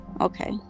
okay